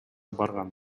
барган